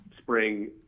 spring